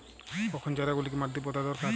কখন চারা গুলিকে মাটিতে পোঁতা দরকার?